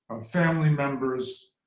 family members,